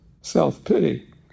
self-pity